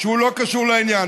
שהוא לא קשור לעניין.